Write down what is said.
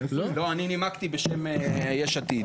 לא, אני נימקי בשם "יש עתיד".